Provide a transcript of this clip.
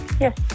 Yes